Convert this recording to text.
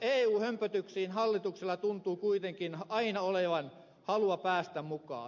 eu hömpötyksiin hallituksella tuntuu kuitenkin aina olevan halua päästä mukaan